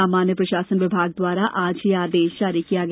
सामान्य प्रशासन विभाग द्वारा आज यह आदेश जारी किया गया